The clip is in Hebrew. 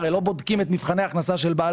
הרי לא בודקים את מבחני ההכנסה של בעל